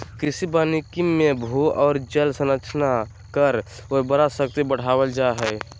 कृषि वानिकी मे भू आर जल संरक्षण कर उर्वरा शक्ति बढ़ावल जा हई